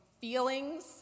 feelings